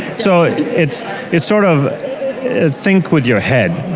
so it's it's sort of think with your head.